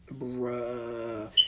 bruh